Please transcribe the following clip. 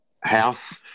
House